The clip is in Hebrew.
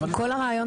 מה קרה לכם?